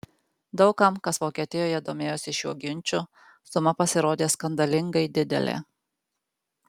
daug kam kas vokietijoje domėjosi šiuo ginču suma pasirodė skandalingai didelė